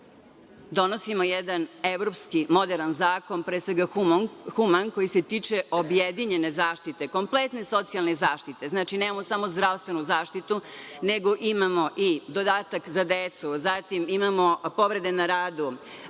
donosimo jedan evropski moderan zakon, pre svega human koji se tiče objedinjene zaštite kompletne socijalne zaštite. Znači, nemamo samo zdravstvenu zaštitu nego imamo i dodatak za decu, zatim povrede na radu,